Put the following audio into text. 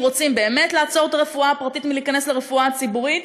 אם רוצים באמת לעצור את הרפואה הפרטית מלהיכנס לרפואה הציבורית,